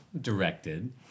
directed